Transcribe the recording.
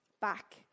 back